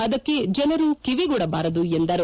ಅದಕ್ಕೆ ಜನರು ಕಿವಿಗೊಡಬಾರದು ಎಂದರು